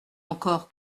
encore